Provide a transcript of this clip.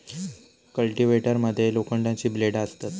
cultivator मध्ये लोखंडाची ब्लेडा असतत